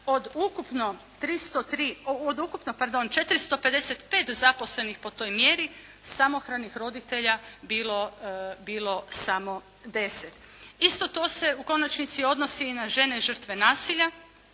od ukupno 455 zaposlenih po toj mjeri, samohranih roditelja bilo samo 10. Isto to se u konačnici odnosi i na žene žrtve nasilja.